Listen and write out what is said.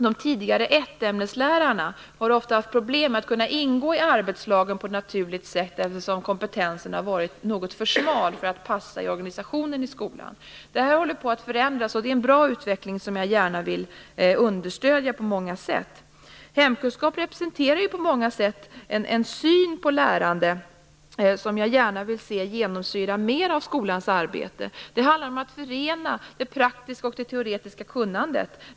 De tidigare ettämneslärarna har ofta haft problem med att ingå i arbetslagen på ett naturligt sätt, eftersom kompetensen har varit något för svag för att passa i organisationen i skolan. Det håller på att förändras, och det är en bra utveckling som jag gärna vill understödja på många sätt. Hemkunskap representerar på många sätt en syn på lärande som jag gärna vill se genomsyra mer av skolans arbete. Det handlar om att förena det praktiska och det teoretiska kunnandet.